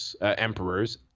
emperors